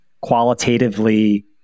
qualitatively